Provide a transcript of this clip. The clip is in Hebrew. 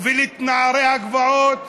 מוביל את נערי הגבעות,